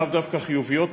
לאו דווקא חיוביות,